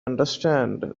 understand